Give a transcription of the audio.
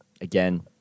again